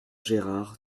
gérard